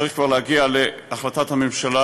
זה צריך כבר להגיע להחלטת הממשלה,